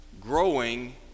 growing